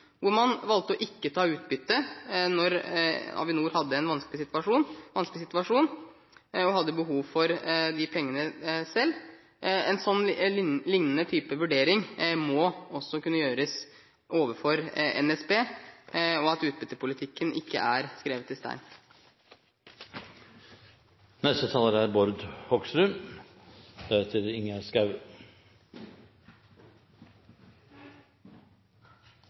hvor man valgte å ikke ta ut utbytte da Avinor hadde en vanskelig situasjon og hadde behov for disse pengene selv. En lignende type vurdering må også kunne gjøres overfor NSB, for utbyttepolitikken er ikke skrevet i stein. Det er godt at utbyttepolitikken ikke er skrevet i stein, men at den er